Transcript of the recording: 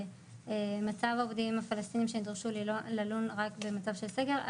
מצב העובדים הפלשתינאים שנדרשו ללון רק במצב של סגר,